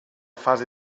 fase